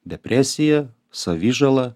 depresija savižala